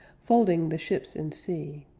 folding the ships and sea,